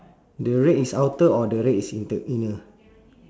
the red is outer or the red is inter inner